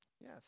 Yes